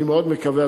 אני מאוד מקווה,